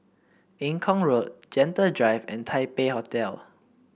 Eng Kong Road Gentle Drive and Taipei Hotel